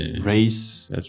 race